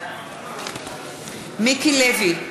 בעד מיקי לוי,